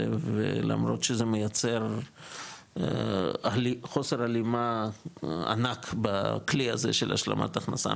ולמרות שזה מייצר חוסר הלימה ענק בכלי הזה של השלמת הכנסה,